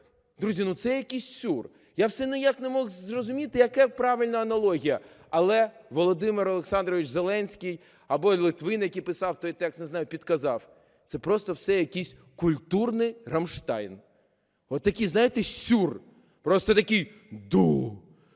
Друзі, це якийсь сюр, я все ніяк не міг зрозуміти, яка правильна аналогія, але Володимир Олександрович Зеленський або Литвин, який писав той текст, не знаю, підказав, це просто все якийсь "культурний Рамштайн". Отакий, знаєте, сюр, просто такий du-u,